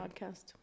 podcast